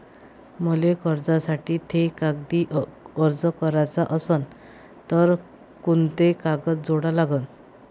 मले कर्जासाठी थे कागदी अर्ज कराचा असन तर कुंते कागद जोडा लागन?